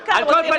מצביע